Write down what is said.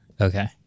Okay